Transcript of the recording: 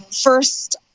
first